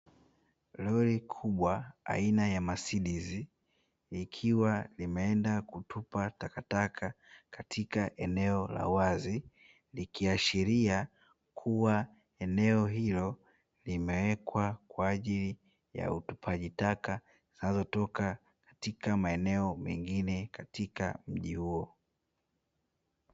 Lori kubwa aina ya "Mercedez" likiwa limeenda kutupa takataka katika eneo la wazi, likiashiria kuwa eneo hilo limewekwa kwa ajili ya utupaji taka zinazotoka katika maeneo mengine katika mji huo.